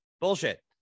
Bullshit